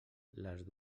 les